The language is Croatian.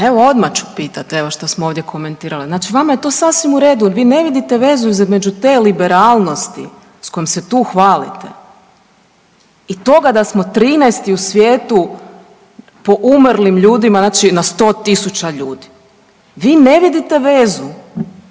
evo odmah ću pitat, evo šta smo ovdje komentirale. Znači vama je to sasvim u redu, vi ne vidite vezu između te liberalnosti s kojom se tu hvalite i toga da smo 13-ti u svijetu po umrlim ljudima znači na 100.000 ljudi. Vi ne vidite vezu,